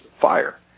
fire